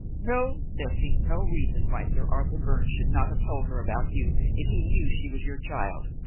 no, there seems no reason why sir arthur byrne should not have told her about you if he knew she was your child.